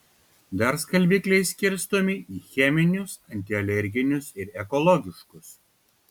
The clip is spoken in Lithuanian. dar skalbikliai skirstomi į cheminius antialerginius ir ekologiškus